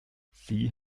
sie